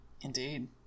indeed